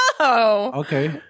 Okay